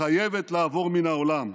חייבת לעבור מהעולם.